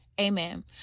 Amen